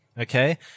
Okay